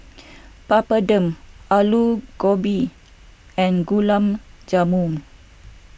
Papadum Alu Gobi and Gulab Jamun